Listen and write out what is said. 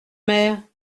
mère